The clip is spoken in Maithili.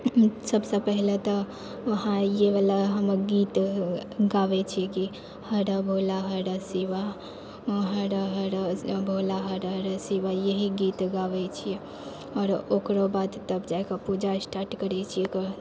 सबसँ पहिले तऽ वहाँ येवला गीत हमे गाबै छियै की हर भोला हर शिव हर हर भोला हर हर शिव यही गीत गाबै छियै आओर ओकरो बाद तब जाके पूजा स्टार्ट करै छियै ओकर बाद